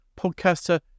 podcaster